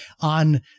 on